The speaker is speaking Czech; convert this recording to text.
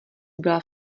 byla